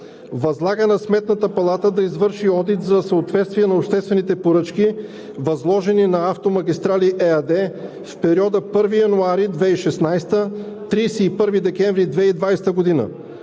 „Възлага на Сметната палата да извърши одит за съответствие на изпълнението на обществените поръчки, възложени на „Автомагистрали“ ЕАД в периода 1 януари 2016 г. – 31 декември 2020 г.